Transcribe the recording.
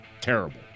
terrible